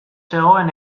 zegoen